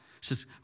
says